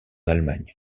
allemagne